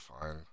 fine